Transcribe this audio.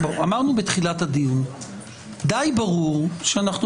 אמרנו בתחילת הדיון שדי ברור שכשאנחנו